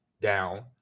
down